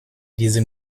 diesen